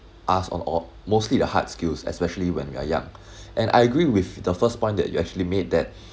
us on all mostly the hard skills especially when we are young and I agree with the first point that you actually made that